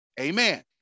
Amen